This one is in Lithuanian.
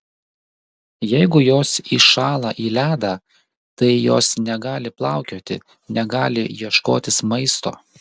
jeigu jos įšąla į ledą tai jos negali plaukioti negali ieškotis maisto